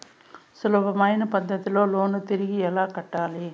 సులభమైన పద్ధతిలో లోను తిరిగి ఎలా కట్టాలి